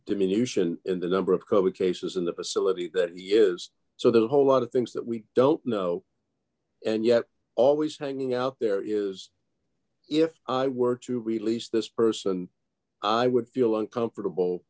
dilution in the number of covered cases in the facility that is so the whole lot of things that we don't know and yet always hanging out there is if i were to release this person i would feel uncomfortable